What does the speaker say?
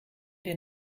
wir